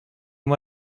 moi